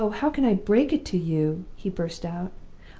oh how can i break it to you he burst out.